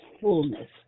fullness